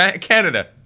Canada